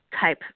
type